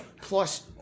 plus